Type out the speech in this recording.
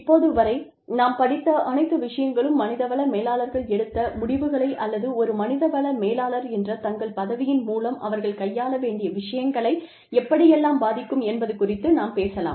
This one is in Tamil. இப்போது வரை நாம் படித்த அனைத்து விஷயங்களும் மனித வள மேலாளர்கள் எடுத்த முடிவுகளை அல்லது ஒரு மனித வள மேலாளர் என்ற தங்கள் பதவியின் மூலம் அவர்கள் கையாள வேண்டிய விஷயங்களை எப்படியெல்லாம் பாதிக்கும் என்பது குறித்து நாம் பேசலாம்